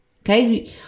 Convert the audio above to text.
Okay